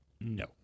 No